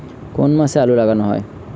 কোন মাসে আলু লাগানো হয়?